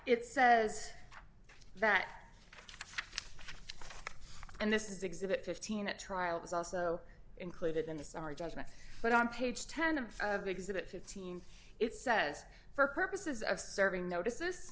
it says that and this is exhibit fifteen at trial is also included in this our judgment but on page ten of of exhibit fifteen it says for purposes of serving notice